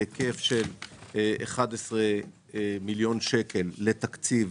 בהיקף של 11 מיליון שקלים לתקציב